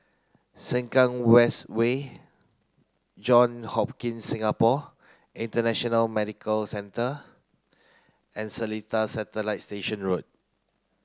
Sengkang West Way Johns Hopkins Singapore International Medical Centre and Seletar Satellite Station Road